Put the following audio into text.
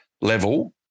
level